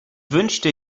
wünschte